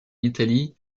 italie